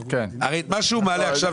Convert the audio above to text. הרי מה שהוא מעלה עכשיו,